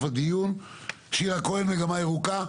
שירה כהן, "מגמה ירוקה".